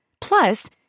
Plus